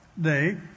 Day